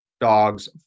dogs